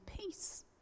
peace